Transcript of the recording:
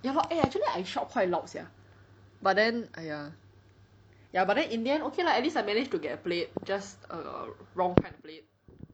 ya lor eh actually I shout quite loud sia but then !aiya! ya but then in the end okay lah at least I managed to get a plate just err wrong kind of plate